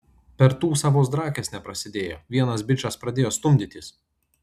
per tūsą vos drakės neprasidėjo vienas bičas pradėjo stumdytis